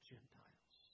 Gentiles